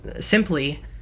simply